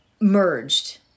merged